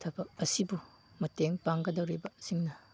ꯊꯕꯛ ꯑꯁꯤꯕꯨ ꯃꯇꯦꯡ ꯄꯥꯡꯒꯗꯧꯔꯤꯕꯁꯤꯡꯅ